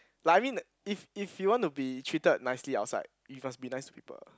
like I mean if if you want to be treated nicely outside you must be nice to people